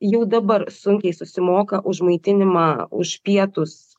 jau dabar sunkiai susimoka už maitinimą už pietus